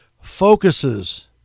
focuses